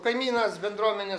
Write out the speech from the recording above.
kaimynas bendruomenė